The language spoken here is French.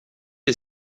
est